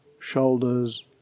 shoulders